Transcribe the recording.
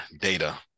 data